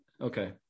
okay